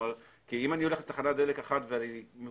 כי אם אני הולך לתחנת דלק אחת וגובים